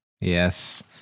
yes